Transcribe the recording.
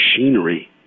machinery